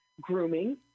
grooming